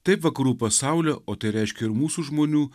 taip vakarų pasaulio o tai reiškia ir mūsų žmonių